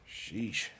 Sheesh